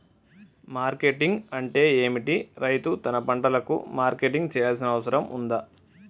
Marketing అంటే ఏమిటి? రైతు తన పంటలకు మార్కెటింగ్ చేయాల్సిన అవసరం ఉందా?